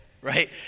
right